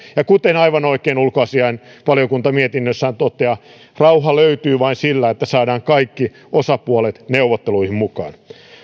ja kuten aivan oikein ulkoasiainvaliokunta mietinnössään toteaa rauha löytyy vain sillä että saadaan kaikki osapuolet neuvotteluihin mukaan